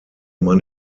man